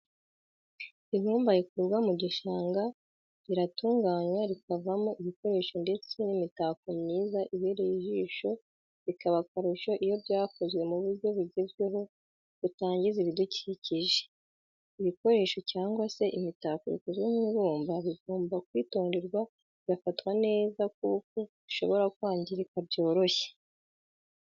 Ibumba rikurwa mu gishanga riratunganywa rikavamo ibikoresho ndetse n'imitako myiza ibereye ijisho bikaba akarusho iyo byakozwe mu buryo bugezweho butangiza ibidukikije. ibikoresho cyangwa se imitako bikozwe mu ibumba bigomba kwitonderwa bigafatwa neza kuko bishobora kwangirika byoroshye.